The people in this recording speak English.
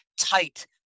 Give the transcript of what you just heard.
tight